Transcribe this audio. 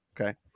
okay